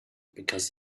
because